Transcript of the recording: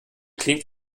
klingt